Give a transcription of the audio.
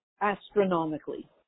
astronomically